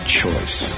choice